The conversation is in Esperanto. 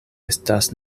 estas